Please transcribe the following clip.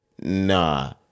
Nah